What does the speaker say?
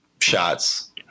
shots